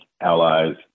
allies